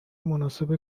مناسب